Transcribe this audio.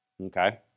okay